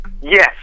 Yes